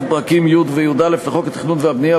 פרקים י' וי"א לחוק התכנון והבנייה,